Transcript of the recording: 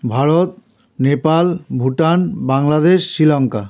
Bharat Nepal Bhutan Bangladesh Sri Lanka